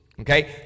Okay